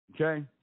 okay